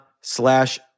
slash